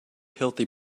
healthy